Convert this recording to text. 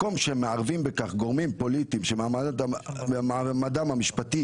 מקום שמערבים בכך גורמים פוליטיים שמעמדם המשפטי